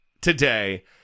today